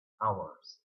powers